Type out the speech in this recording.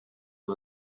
who